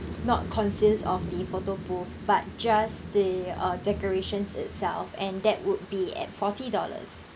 not consist of the photo booth but just the uh decorations itself and that would be at forty dollars